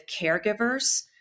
caregivers